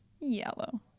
Yellow